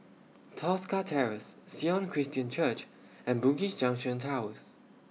Tosca Terrace Sion Christian Church and Bugis Junction Towers